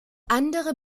andere